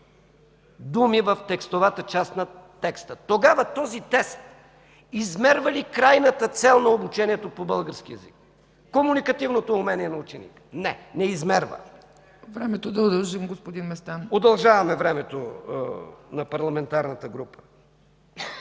Думи в текстовата част на текста. Тогава този текст измерва ли крайната цел на обучението по български език, комуникативното умение на ученика? Не, не измерва! ПРЕДСЕДАТЕЛ ЦЕЦКА ЦАЧЕВА: Времето да удължим, господин Местан? ЛЮТВИ МЕСТАН: Удължаваме времето на парламентарната група.